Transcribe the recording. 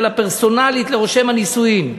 אלא פרסונלית של רושם הנישואין.